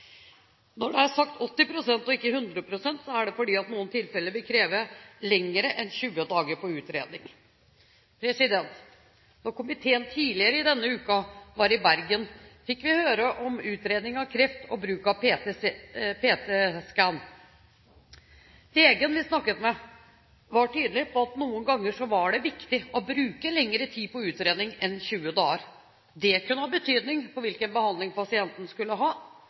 Når det er sagt 80 pst. og ikke 100 pst., er det fordi noen tilfeller vil kreve lenger enn 20 dager på utredning. Da komiteen tidligere i denne uken var i Bergen, fikk vi høre om utredning av kreft og bruk av PET-scan. Legen vi snakket med, var tydelig på at noen ganger var det viktig å bruke lengre tid på utredning enn 20 dager. Det kunne ha betydning for hvilken behandling pasienten skulle ha,